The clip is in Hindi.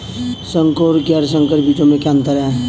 संकर और गैर संकर बीजों में क्या अंतर है?